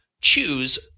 Choose